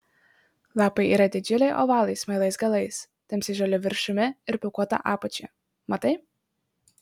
lapai yra didžiuliai ovalai smailais galais tamsiai žaliu viršumi ir pūkuota apačia matai